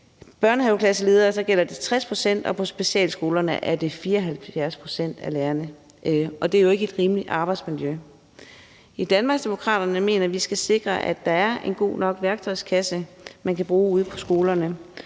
børnehaveklasseledere gælder det 60 pct., og på specialskolerne er det 74 pct. af lærerne, og det er jo ikke et rimeligt arbejdsmiljø. I Danmarksdemokraterne mener vi, at vi skal sikre, at der er en god nok værktøjskasse, man kan bruge ude på skolerne,